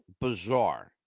bizarre